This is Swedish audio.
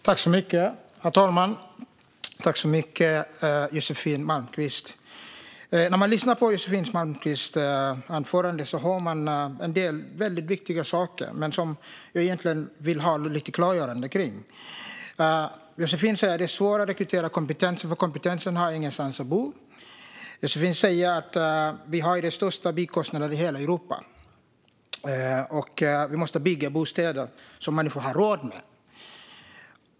Herr talman! När man lyssnar på Josefin Malmqvists anförande hör man en del väldigt viktiga saker som jag vill ha lite klargöranden kring. Josefin säger att det är svårt att rekrytera kompetens, för kompetensen har ingenstans att bo. Hon säger att vi har den största byggkostnaden i hela Europa och att vi måste bygga bostäder som människor har råd med.